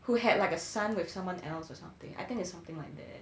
who had like a son with someone else or something I think it's something like that